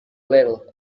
little